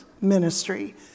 ministry